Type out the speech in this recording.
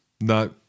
No